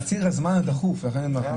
הזמן דחוף ולכן אני מעלה את זה.